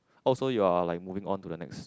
oh so you are like moving on to the next